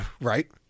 Right